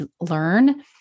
learn